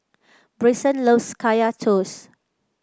Bryson loves Kaya Toast